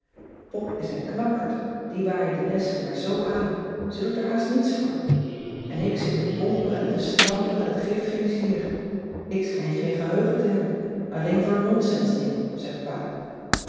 pop is een knappert die waaien de lessen maar zoo aan ze doet er haast niets voor en ik zit te pompen en te stampen en t geeft geen zier ik schijn geen geheugen te hebben alleen voor nonsensdingen zegt pa